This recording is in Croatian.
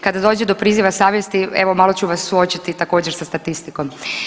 Kada dođe do priziva savjesti evo malo ću vas suočiti također sa statistikom.